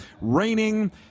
raining